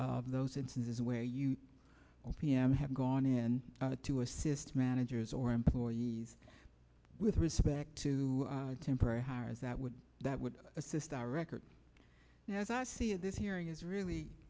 of those instances where you pm have gone in to assist managers or employees with respect to temporary hires that would that would assist our record as i see it this hearing is really